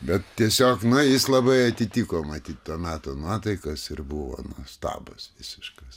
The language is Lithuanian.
bet tiesiog na jis labai atitiko matyt to meto nuotaikas ir buvo stabas visiškas